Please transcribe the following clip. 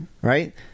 Right